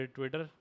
Twitter